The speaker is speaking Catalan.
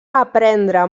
aprendre